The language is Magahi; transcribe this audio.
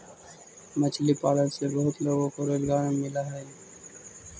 मछली पालन से बहुत लोगों को रोजगार मिलअ हई